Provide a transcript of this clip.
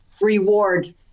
reward